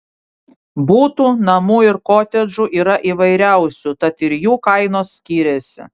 butų namų ir kotedžų yra įvairiausių tad ir jų kainos skiriasi